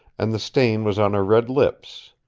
and the stain was on her red lips,